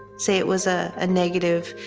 say it was a ah negative,